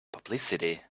publicity